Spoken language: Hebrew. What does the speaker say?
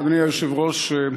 אדוני היושב-ראש,